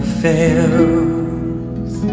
fails